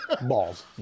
Balls